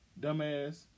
dumbass